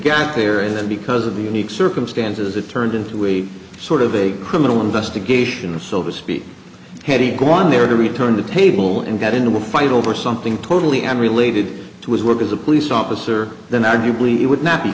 theory that because of the unique circumstances it turned into a sort of a criminal investigation so to speak had a good one there to return to the table and got into a fight over something totally unrelated to his work as a police officer then arguably it would not be